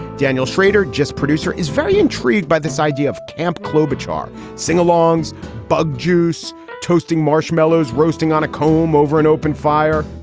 daniel shrader, just producer, is very intrigued by this idea of camp kilobyte char singalongs bug juice toasting marshmallows, roasting on a comb over an open fire.